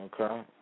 okay